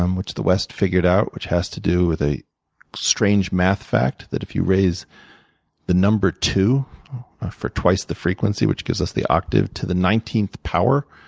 um which the west figured out, which has to do with a strange math fact that if you raise the number two for twice the frequency, which gives us the octave, to the nineteenth power,